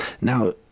Now